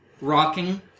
rocking